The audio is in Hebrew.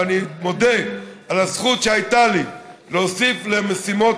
ואני מודה על הזכות שהייתה לי להוסיף למשימות